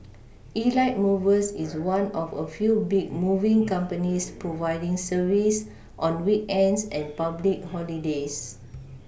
Elite movers is one of a few big moving companies providing service on weekends and public holidays